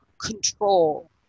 control